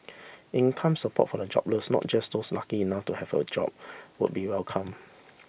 income support for the jobless not just those lucky enough to have a job would be welcome